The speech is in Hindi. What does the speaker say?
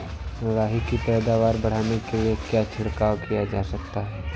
लाही की पैदावार बढ़ाने के लिए क्या छिड़काव किया जा सकता है?